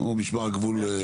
משמר הגבול?